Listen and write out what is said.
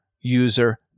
user